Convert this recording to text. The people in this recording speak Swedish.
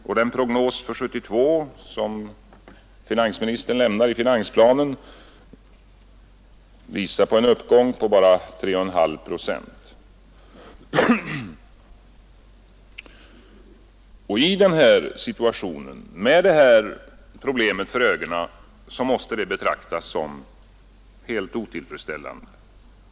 Den prognos för 1972 som finansministern gör i finansplanen visar på en uppgång med bara 3,5 procent. Med nuvarande problem för ögonen måste detta betraktas som helt otillfredsställande.